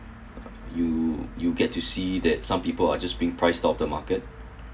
you you get to see that some people are just being surprised of the market